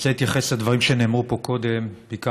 אני רוצה להתייחס לדברים שנאמרו פה קודם,